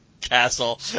Castle